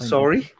Sorry